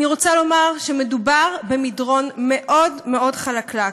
אני רוצה לומר שמדובר במדרון מאוד מאוד חלקלק.